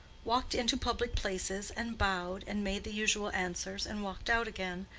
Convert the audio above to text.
walked into public places, and bowed, and made the usual answers, and walked out again,